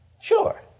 Sure